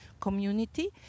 Community